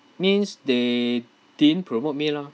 means they didn't promote me lah